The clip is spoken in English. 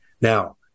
Now